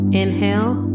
inhale